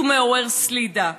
הוא מעורר סלידה,